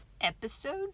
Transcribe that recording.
episode